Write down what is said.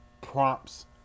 prompts